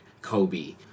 Kobe